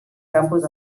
campus